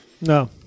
No